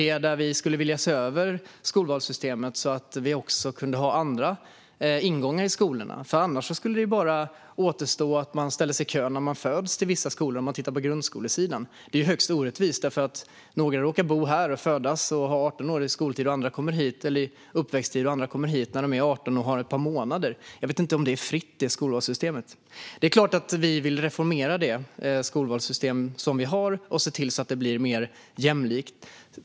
Vi skulle vilja se över skolvalssystemet så att vi kunde ha andra ingångar i skolorna. Annars skulle det bara återstå att barn ställs i kö när de föds till vissa skolor när tittar på grundskolesidan. Det är högst orättvist. Några råkar bo, födas och ha sin uppväxttid här och andra kommer hit när de är 18 år och har varit här i ett par månader. Jag vet inte om det skolvalssystemet är fritt. Det är klart att vi vill reformera det skolvalssystem vi har och se till att det blir mer jämlikt.